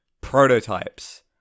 prototypes